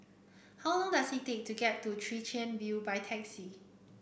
how long does it take to get to Chwee Chian View by taxi